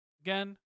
Again